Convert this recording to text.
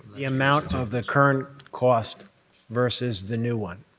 the amount of the current cost versus the new one.